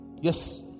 Yes